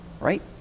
right